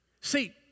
See